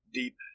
deep